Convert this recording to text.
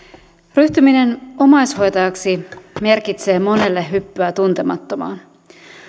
ryhtyminen omaishoitajaksi merkitsee monelle hyppyä tuntemattomaan